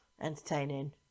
entertaining